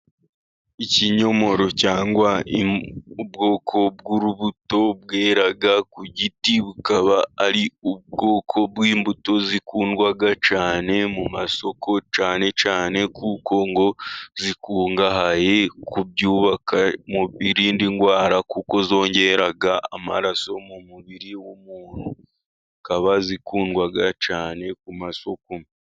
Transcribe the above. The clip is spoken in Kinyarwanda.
Ikinyomoro cyangwa ubwoko bw'urubuto bwera ku giti, bukaba ari ubwoko bw'imbuto zikundwa cyane mu masoko, cyane cyane kuko ngo zikungahaye ku byubaka umubiri, mu birinda indwara kuko zongera amaraso mu mubiri w'umuntu, zikaba zikundwa cyane ku masoko.